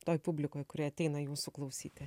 toj publikoj kuri ateina jūsų klausyti